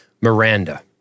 Miranda